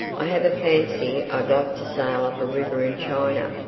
i have a fancy i'd like to sail up a river in china.